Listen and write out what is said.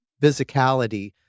physicality